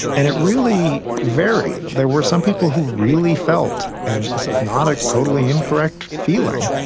and it really varied. there were some people who really felt, and this is not a totally incorrect feeling,